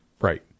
Right